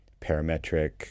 parametric